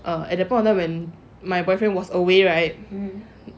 err at the point of time when my boyfriend was away right